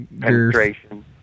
Penetration